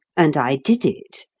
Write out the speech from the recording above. and i did it,